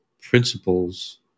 principles